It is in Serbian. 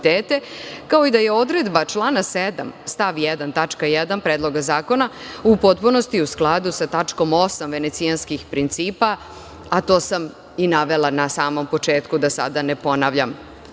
kao i da je odredba člana 7. stav 1. tačka 1) Predloga zakona u potpunosti u skladu sa tačkom 8) Venecijanskih principa, a to sam i navela na samom početku, da sada ne ponavljam.